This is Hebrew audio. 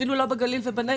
אפילו לא בגליל או בנגב,